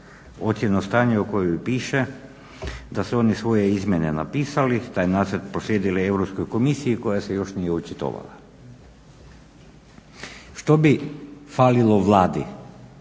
ocjenu stanja u kojoj piše da su oni svoje izmjene napisali, taj nacrt proslijedili Europskoj komisiji koja se još nije očitovala. Što bi falilo Vladi,